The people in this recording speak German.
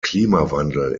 klimawandel